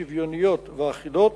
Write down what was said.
שוויוניות ואחידות